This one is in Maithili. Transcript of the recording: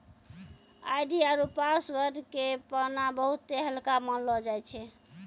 आई.डी आरु पासवर्ड के पाना बहुते हल्का मानलौ जाय छै